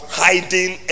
hiding